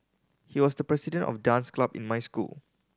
he was the president of dance club in my school